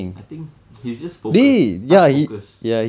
I think he's just focus task focus